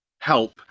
help